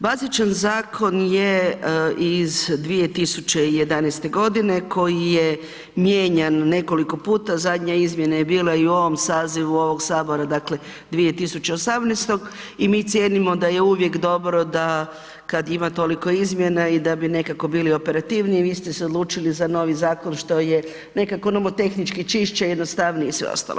Bazičan zakon je iz 2011.g. koji je mijenjan nekoliko puta, zadnja izmjena je bila i u ovom sazivu ovog sabora, dakle 2018. i mi cijenimo da je uvijek dobro da kad ima toliko izmjena i da bi nekako bili operativniji, vi ste se odlučili za novi zakon što je nekako nomotehnički čišće i jednostavno i sve ostalo.